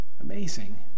amazing